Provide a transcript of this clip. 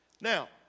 Now